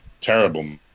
terrible